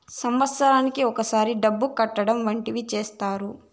సంవత్సరానికి ఒకసారి డబ్బు కట్టడం వంటివి చేత్తారు